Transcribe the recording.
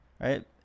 right